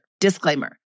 Disclaimer